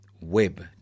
Web